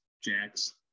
Jax